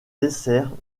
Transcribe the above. desserts